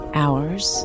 hours